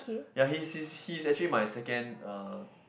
ya he's he's he's actually my second uh